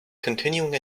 continuing